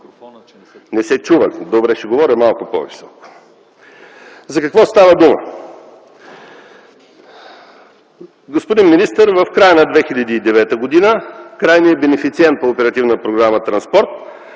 За какво става дума? Господин министър, в края на 2009 г. крайният бенефициент по оперативна програма „Транспорт”